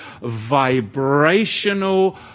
vibrational